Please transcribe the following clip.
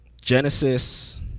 Genesis